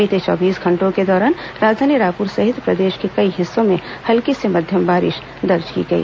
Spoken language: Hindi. बीते चौबीस घंटों के दौरान राजधानी रायपुर सहित प्रदेश के कई हिस्सों में हल्की से मध्यम बारिश दर्ज की गई